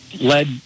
led